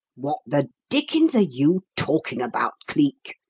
what the dickens are you talking about, cleek?